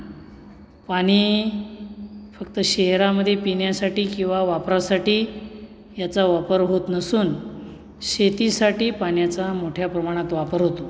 पाणी फक्त शहरामध्ये पिण्यासाठी किंवा वापरासाठी याचा वापर होत नसून शेतीसाठी पाण्याचा मोठ्या प्रमाणात वापर होतो